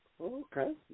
Okay